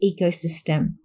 ecosystem